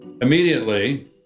Immediately